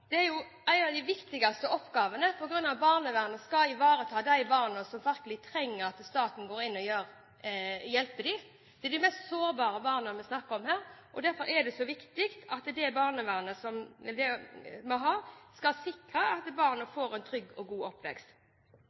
er at barnevernet skal ivareta de barna som virkelig trenger at staten går inn og hjelper dem. Det er de mest sårbare barna vi snakker om her. Derfor er det så viktig at det barnevernet vi har, skal sikre at barnet får en trygg og god oppvekst.